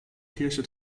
kirche